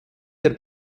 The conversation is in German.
der